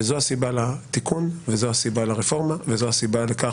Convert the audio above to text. זו הסיבה לתיקון וזו הסיבה לרפורמה וזו הסיבה לכך